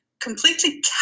completely